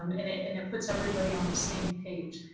um and it and it puts everybody on the same page,